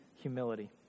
humility